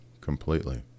completely